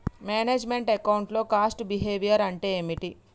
Manage meant account లో cost behaviour అంటే ఏమిటి?